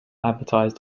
advertised